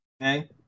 Okay